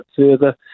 further